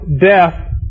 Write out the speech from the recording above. death